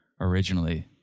originally